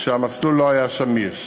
כשהמסלול לא היה שמיש.